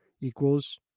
equals